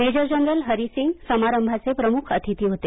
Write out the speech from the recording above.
major general Harisingh समारंभाचे प्रमुख अतिथी होते